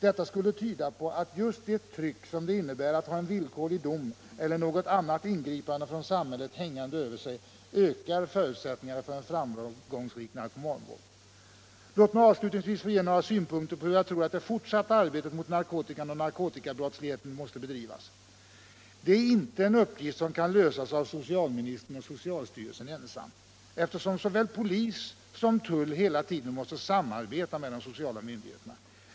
Detta skulle tyda på att just det tryck som det innebär att ha en villkorlig dom eller något annat ingripande från samhället hängande över sig ökar förutsättningarna för framgångsrik narkomanvård. Låt mig avslutningsvis få anföra några synpunkter på hur jag tror att det fortsatta arbetet mot narkotikan och narkotikabrottsligheten måste bedrivas. Det är inte en uppgift som kan lösas av socialministern och socialstyrelsen ensamma, eftersom såväl polis som tull hela tiden måste samarbeta med de sociala myndigheterna.